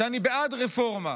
אני בעד רפורמה,